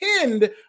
pinned